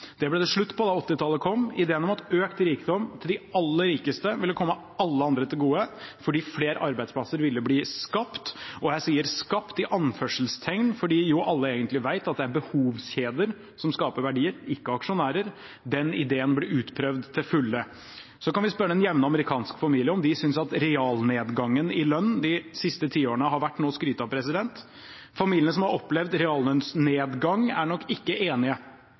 Det ble det slutt på da 1980-tallet kom. Ideen om at økt rikdom til de aller rikeste ville komme alle andre til gode fordi flere arbeidsplasser ville bli «skapt» – jeg sier skapt i anførselstegn fordi alle egentlig vet at det er behovskjeder som skaper verdier, ikke aksjonærer – ble utprøvd til fulle. Så kan vi spørre den jevne amerikanske familie om de synes realnedgangen i lønn de siste tiårene har vært noe å skryte av. Familiene som har opplevd reallønnsnedgang, er nok ikke enige.